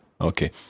Okay